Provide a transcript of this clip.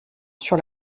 sur